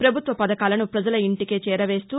ప్రభుత్వ పథకాలను ప్రజల ఇంటికే చేరవేస్తూ